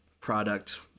product